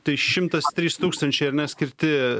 tai šimtas trys tūkstančiai ar ne skirti